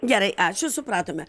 gerai ačiū supratome